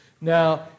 Now